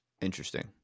Interesting